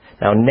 Now